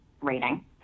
rating